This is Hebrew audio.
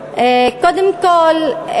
קודם כול,